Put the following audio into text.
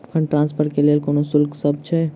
Fund transfer केँ लेल कोनो शुल्कसभ छै?